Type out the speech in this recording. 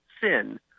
sin